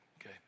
Okay